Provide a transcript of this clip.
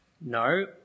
no